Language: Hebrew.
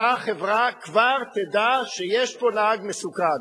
אותה חברה כבר תדע שיש פה נהג מסוכן.